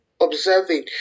observing